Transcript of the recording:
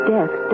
Death